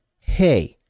hey